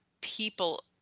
people